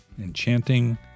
enchanting